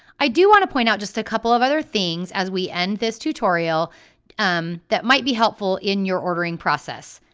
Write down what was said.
i do want to point out just a couple of other things as we end this tutorial um that might be helpful in your ordering process.